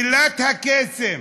מילת הקסם